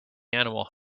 animal